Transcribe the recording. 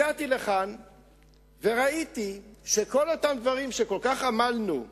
הגעתי לכאן וראיתי שכל אותם דברים שכל כך עמלנו עליהם,